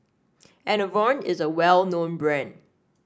Enervon is a well known brand